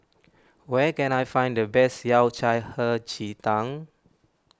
where can I find the best Yao Cai Hei Ji Tang